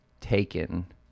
taken